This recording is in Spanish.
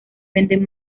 venden